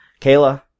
Kayla